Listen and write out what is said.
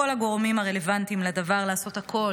הגורמים הרלוונטיים לדבר לעשות הכול,